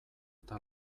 eta